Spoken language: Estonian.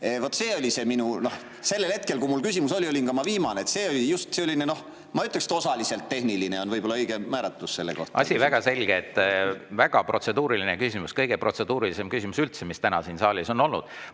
see oli see minu mure. Sellel hetkel, kui mul küsimus oli, olin ma viimane [kõnepidaja]. See oli just selline, ma ütleksin, osaliselt tehniline – see on võib-olla õige määratlus selle kohta. Asi väga selge. Väga protseduuriline küsimus, kõige protseduurilisem küsimus üldse, mis täna siin saalis on olnud.